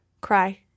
cry